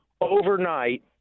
overnight